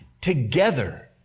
together